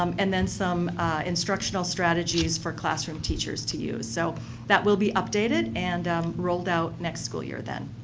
um and then some instructional strategies for classroom teachers to use. so that will be updated and rolled out next school year then.